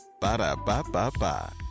Ba-da-ba-ba-ba